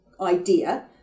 idea